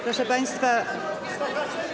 Proszę państwa.